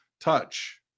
touch